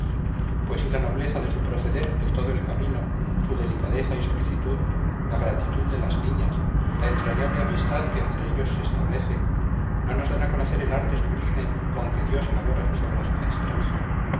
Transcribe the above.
pues y la nobleza de su proceder en todo el camino su delicadeza y solicitud la gratitud de las niñas la entrañable amistad que entre ellos se establece no nos dan a conocer el arte sublime con que dios elabora sus obras maestras